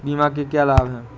बीमा के क्या लाभ हैं?